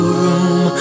room